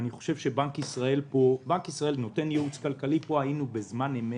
בנק ישראל נותן ייעוץ כלכלי ופה היינו בזמן אמת.